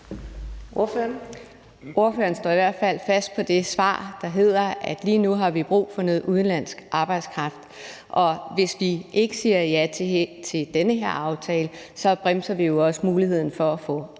Ordføreren står i hvert fald fast på det svar, der lyder, at vi lige nu har brug for noget udenlandsk arbejdskraft, og at hvis vi ikke siger ja til denne aftale, så bremser vi jo også muligheden for at få andre